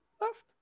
left